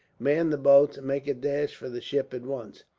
man the boats, and make a dash for the ship at once.